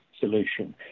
solution